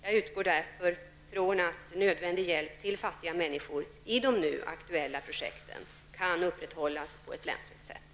Jag utgår därför från att nödvändig hjälp till fattiga människor i de nu aktuella projekten kan upprätthållas på ett lämpligt sätt.